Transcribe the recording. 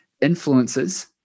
influences